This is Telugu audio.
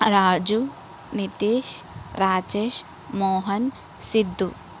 రాజు నితేష్ రాజేష్ మోహన్ సిద్దు